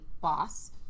boss